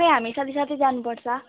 खोइ हामी साथी साथी जानुपर्छ